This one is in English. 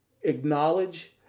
acknowledge